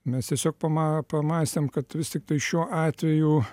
mes tiesiog pamą pamąstėm kad vis tiktai šiuo atveju